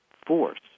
force